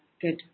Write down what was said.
Good